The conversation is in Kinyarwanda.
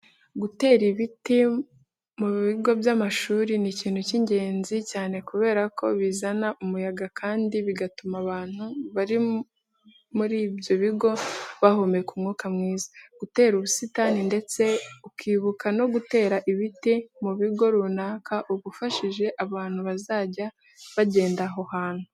Gutera ibiti mu bigo by'amashuri ni ikintu cy'ingezni cyane kubera ko bizana umuyaga kandi bigatuma abantu bari muri ibyo bigo bahumeka umwuka mwiza. Gutera ubusitani ndetse ukibuka no gutera ibiti mu bigo runaka uba ufashije abantu bazajya bagenda aho hantu.